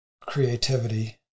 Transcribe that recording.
creativity